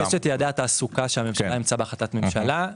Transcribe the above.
יש יעדי התעסוקה שהממשלה אימצה בהחלטת ממשלה.